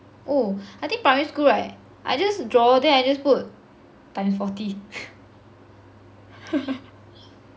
oh I think primary school right I just draw then I just put times forty